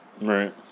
Right